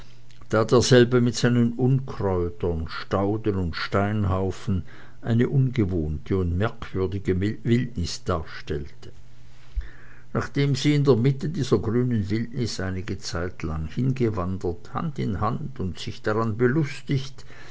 da derselbe mit seinen unkräutern stauden und steinhaufen eine ungewohnte und merkwürdige wildnis darstellte nachdem sie in der mitte dieser grünen wildnis einige zeit hingewandert hand in hand und sich daran belustigt